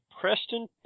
Preston